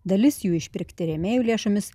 dalis jų išpirkti rėmėjų lėšomis